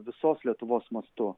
visos lietuvos mastu